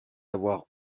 avoir